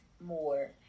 more